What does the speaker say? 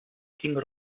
ging